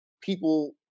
people